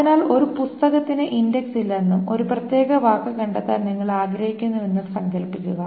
അതിനാൽ ഒരു പുസ്തകത്തിന് ഇൻഡക്സ് ഇല്ലെന്നും ഒരു പ്രത്യേക വാക്ക് കണ്ടെത്താൻ നിങ്ങൾ ആഗ്രഹിക്കുന്നുവെന്നും സങ്കൽപ്പിക്കുക